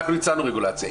ואנחנו הצענו רגולציה,